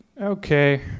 Okay